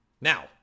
Now